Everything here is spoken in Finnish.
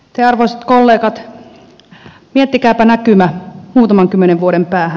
te arvoisat kollegat miettikääpä näkymä muutaman kymmenen vuoden päähän